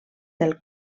del